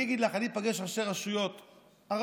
אני אגיד לך, אני פוגש ראשי רשויות ערבים.